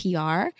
PR